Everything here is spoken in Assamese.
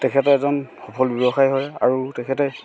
তেখেত এজন সফল ব্যৱসায়ী হয় আৰু তেখেতে